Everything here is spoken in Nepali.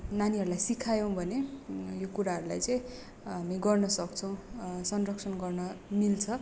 नानीहरूलाई सिकायौँ भने यो कुराहरूलाई चैँ हामी गर्न सक्छौँ संरक्षण गर्न मिल्छ